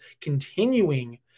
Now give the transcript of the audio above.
continuing